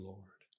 Lord